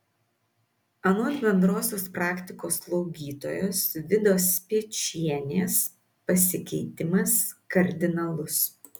anot bendrosios praktikos slaugytojos vidos spiečienės pasikeitimas kardinalus